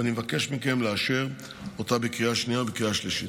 ואני מבקש מכם לאשר אותה בקריאה השנייה ובקריאה השלישית.